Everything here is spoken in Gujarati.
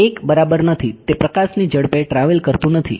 1 બરાબર નથી તે પ્રકાશ ની ઝડપે ટ્રાવેલ કરતું નથી